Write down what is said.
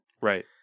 Right